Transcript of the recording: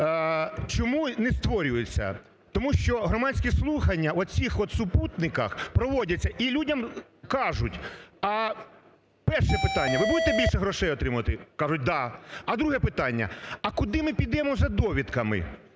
Чому не створюються? Тому що громадські слухання от цих супутниках проводяться і людям кажуть, а перше питання: ви будете більше грошей отримувать? Кажуть, да. А друге питання: а куди ми підемо за довідками.